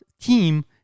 team